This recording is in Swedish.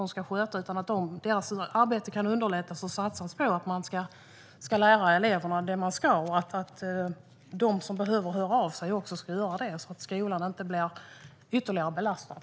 De behöver få hjälp så att deras arbete kan underlättas och satsas på så att de kan lära eleverna det de ska och så att de som behöver höra av sig också gör det så att skolan inte blir ytterligare belastad.